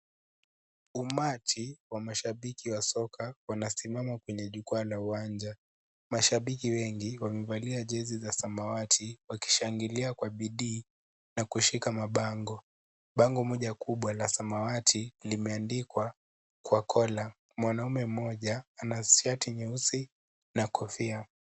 Umati wa mashabaki wa soka wanasimama kwenye jukwaa la uwanja. Mashabiki wengi wamevalia jezi za samawati wakishangilia kwa bidii na kushika mabango. Bango moja kubwa la samawati limeandikwa khwakhola. Mwanaume mmoja ana shati nyeusi na kofia.